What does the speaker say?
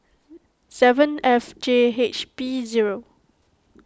seven F J H P zero